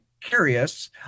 curious